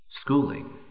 schooling